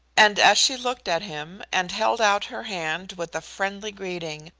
and as she looked at him, and held out her hand with a friendly greeting,